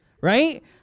right